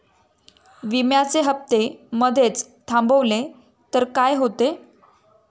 विम्याचे हफ्ते मधेच थांबवले तर काय होते?